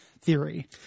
theory